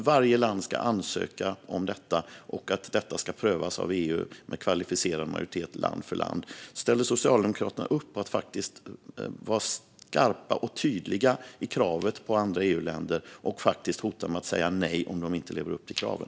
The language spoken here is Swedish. Varje land ska ansöka om detta, och det ska prövas av EU, med kvalificerad majoritet, land för land. Ställer Socialdemokraterna upp på att vara skarpa och tydliga i kravet på andra EU-länder och faktiskt hota med att säga nej om de inte lever upp till kraven?